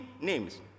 names